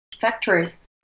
factories